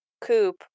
coupe